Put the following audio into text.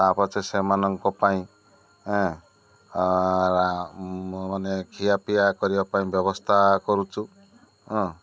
ତା ପଛେ ସେମାନଙ୍କ ପାଇଁ ଏଁ ମାନେ ଖିଆପିଆ କରିବା ପାଇଁ ବ୍ୟବସ୍ଥା କରୁଛୁ ଏଁ